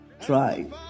try